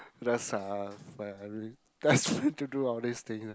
just ah just trying to do all these things ah